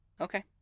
Okay